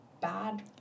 bad